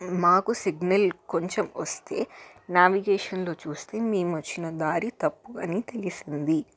మాకు సిగ్నల్ కొంచెం వస్తే నావిగేషన్లో చూస్తే మేము వచ్చిన దారి తప్పు అని తెలిసింది